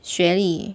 学历